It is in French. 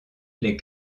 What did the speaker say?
les